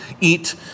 eat